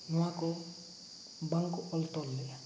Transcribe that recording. ᱱᱚᱣᱟᱠᱚ ᱵᱟᱝᱠᱚ ᱚᱞᱛᱚᱞ ᱞᱮᱫᱼᱟ